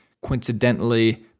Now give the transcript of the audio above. coincidentally